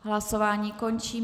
Hlasování končím.